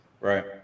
right